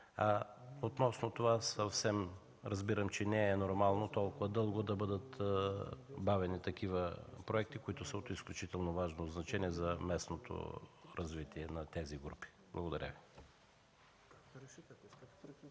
са попречили. Разбирам, че не е нормално толкова дълго да бъдат бавени проекти, които са от изключително важно значение за местното развитие на тези групи. Благодаря.